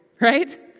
right